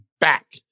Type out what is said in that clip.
back